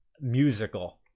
musical